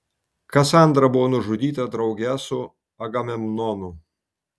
kasandra buvo nužudyta drauge su agamemnonu